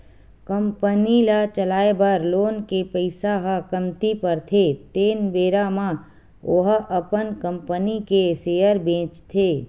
company ल चलाए बर लोन के पइसा ह कमती परथे तेन बेरा म ओहा अपन कंपनी के सेयर बेंचथे